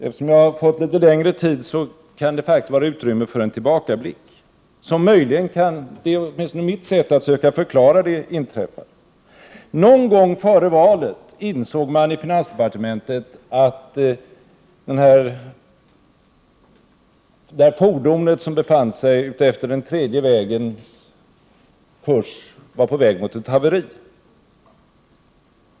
Eftersom jag har fått litet längre repliktid finns det utrymme för en tillbakablick för att försöka förklara det inträffade. Någon gång före valet insåg man i finansdepartementet att det fordon som befann sig utefter den tredje vägens kurs var på väg mot ett haveri.